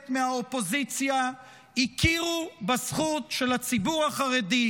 מהאופוזיציה הכירו בזכות של הציבור החרדי,